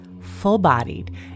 full-bodied